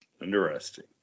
Interesting